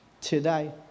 today